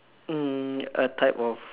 mm a type of